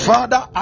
Father